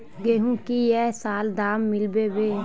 गेंहू की ये साल दाम मिलबे बे?